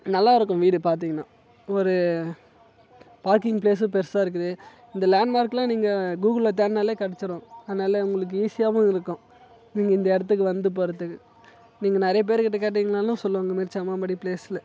நல்லா இருக்கும் வீடு பார்த்திங்கன்னா ஒரு பார்க்கிங் பிளேஸும் பெருசாக இருக்குது இந்த லேண்ட் மார்க்கில் நீங்கள் கூகுலில் தேடுனாலே கிடச்சிடும் அதனால் உங்களுக்கு ஈஸியாகவும் இருக்கும் நீங்கள் இந்த இடத்துக்கு வந்து போகறதுக்கு நீங்கள் நிறைய பேர் கிட்ட கேட்டீங்கனாலும் சொல்லுங்வாங்க பிளேஸில்